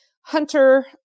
hunter